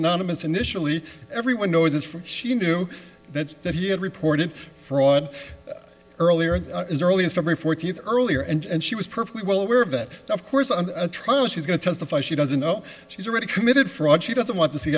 anonymous initially everyone knows this for she knew that that he had reported fraud earlier in early history fourteenth earlier and she was perfectly well aware of that of course of a trial she's going to testify she doesn't know she's already committed fraud she doesn't want to see